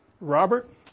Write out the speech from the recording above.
Robert